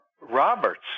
Roberts